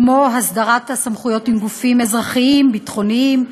כמו הסדרת הסמכויות עם גופים אזרחיים ביטחוניים,